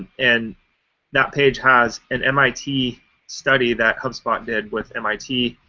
and that page has an mit study that hubspot did with mit.